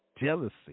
jealousy